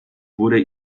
wurde